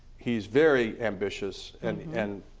he's very ambitious and and